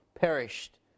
perished